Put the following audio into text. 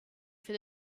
for